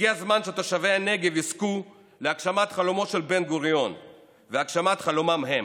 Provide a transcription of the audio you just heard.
הגיע הזמן שתושבי הנגב יזכו להגשמת חלומו של בן-גוריון והגשמת חלומם הם: